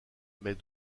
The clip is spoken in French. mais